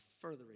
furthering